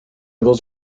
dos